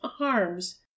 arms